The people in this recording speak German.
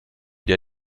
der